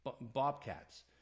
bobcats